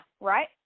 right